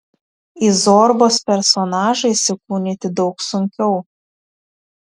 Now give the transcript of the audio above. į zorbos personažą įsikūnyti daug sunkiau